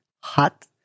hot